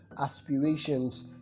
aspirations